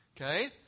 Okay